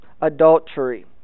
adultery